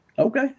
Okay